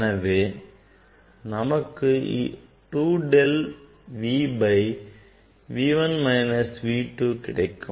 எனவே நமக்கு 2 del V by V 1 minus V 2 கிடைக்கும்